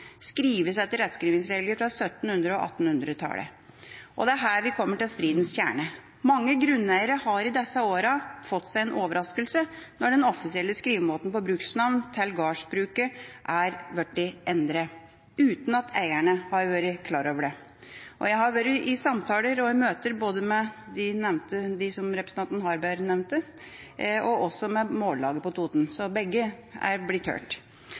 skrives etter rettskrivingsregler fra 1700- og 1800-tallet. Og det er her vi kommer til stridens kjerne. Mange grunneiere har i disse årene fått seg en overraskelse når den offisielle skrivemåten på bruksnavn til gårdsbruket er blitt endret uten at eierne har vært klar over det. Jeg har vært i samtaler og møter både med dem som representanten Harberg nevnte, og med mållaget på Toten, så begge er blitt hørt.